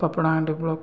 Papadahandi block